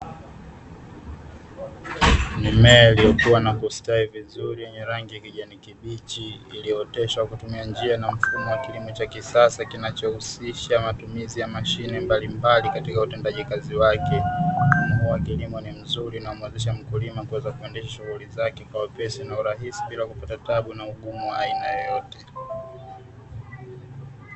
Mimea iliyokua na kustawi vizuri, yenye rangi ya kijani kibichi iliyooteshwa kwa kutumia mfumo wa kilimo cha kisasa kinachohusisha matumizi ya mashine mablimbali katika utendaji kazi wake. Mfumo wa kilimo ni mzuri unaomuwezeshha mkulima kuendesha shughuli zake kwa wepesi na urahisi bila kupata taabu na ugumu wa aina yoyote.